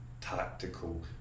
tactical